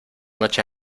noche